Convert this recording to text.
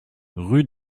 rue